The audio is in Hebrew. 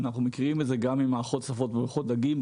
אנחנו מכירים את זה גם ממערכות נוספות בבריכות דגים.